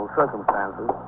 circumstances